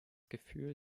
gefühl